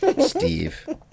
Steve